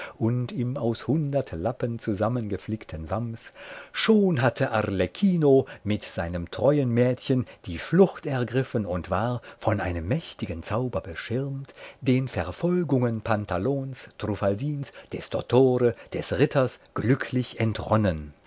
und im aus hundert lappen zusammengeflickten wams schon hatte arlecchino mit seinem treuen mädchen die flucht ergriffen und war von einem mächtigen zauber beschirmt den verfolgungen pantalons truffaldins des dottore des ritters glücklich entronnen